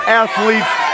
athletes